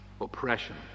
oppression